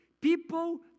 people